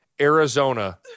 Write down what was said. Arizona